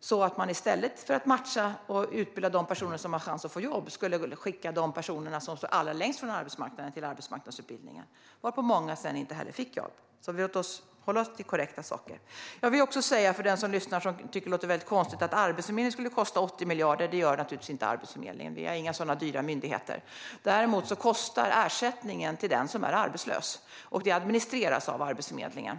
så att man i stället för att utbilda de personer som hade chans att få jobb skulle skicka dem som stod allra längst från arbetsmarknaden till arbetsmarknadsutbildning, och många av dem fick inga jobb. Låt oss hålla oss till korrekta saker. Många som lyssnar tycker säkert att det låter konstigt att Arbetsförmedlingen skulle kosta 80 miljarder. Det gör den inte. Vi har inga sådana dyra myndigheter. Däremot kostar ersättningen till den som är arbetslös, och den administreras av Arbetsförmedlingen.